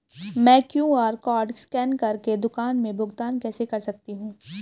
मैं QR code scan कर के दुकान में भुगतान कैसे कर सकती हूँ?